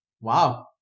wow